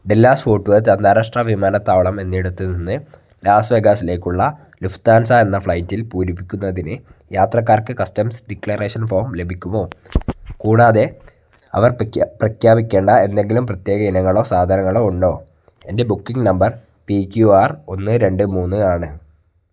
Dallas Fort Worth അന്താരാഷ്ട്ര വിമാനത്താവളം എന്നയിടത്തു നിന്ന് ലാസ് വെഗാസിലേക്കുള്ള ലുഫ്താൻസ എന്ന ഫ്ലൈറ്റിൽ പൂരിപ്പിക്കുന്നതിന് യാത്രക്കാർക്ക് കസ്റ്റംസ് ഡിക്ലറേഷൻ ഫോം ലഭിക്കുമോ കൂടാതെ അവർ പ്രഖ്യാപിക്കേണ്ട എന്തെങ്കിലും പ്രത്യേക ഇനങ്ങളോ സാധനങ്ങളോ ഉണ്ടോ എൻ്റെ booking number P Q R ഒന്ന് രണ്ട് മൂന്ന് ആണ്